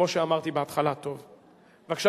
האפשר,